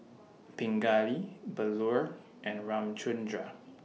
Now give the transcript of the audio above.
Pingali Bellur and Ramchundra